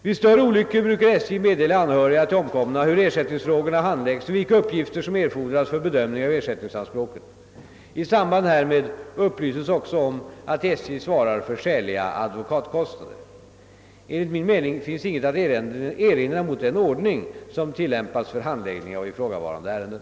Vid större olyckor brukar SJ meddela anhöriga till omkomna hur ersättningsfrågorna handläggs och vilka uppgifter som erfordras för bedömning av ersättningsanspråken. I samband härmed upplyses också om att SJ svarar för skäliga advokatkostnader. Enligt min mening finns inget att erinra mot den ordning som tillämpas för handläggning av ifrågavarande ärenden.